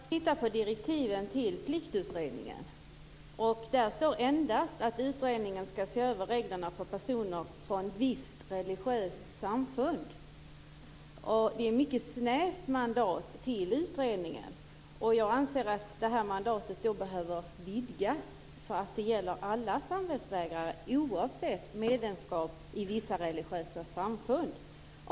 Herr talman! Jag har tittat på direktiven till pliktutredningen. Där står endast att utredningen skall se över reglerna för personer från vissa religiösa samfund. Det är ett mycket snävt mandat till utredningen. Jag anser att det behöver vidgas så att det gäller alla samvetsvägrare, oavsett medlemskap i vissa religiösa samfund.